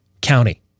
County